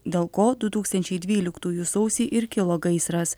dėl ko du tūkstančiai dvyliktųjų sausį ir kilo gaisras